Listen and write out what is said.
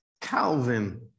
Calvin